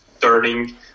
turning